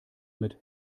mit